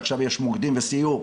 עכשיו יש מוקדים וסיור,